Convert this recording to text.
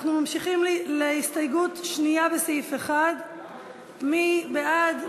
אנחנו ממשיכים להסתייגות שנייה לסעיף 1. מי בעד?